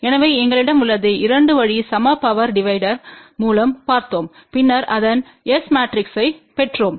எனவே எங்களிடம் உள்ளது 2 வழி சம பவர் டிவைடர் மூலம் முறைத்துப் பார்த்தோம் பின்னர் அதன் S மேட்ரிக்ஸைப் பெற்றோம்